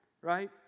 right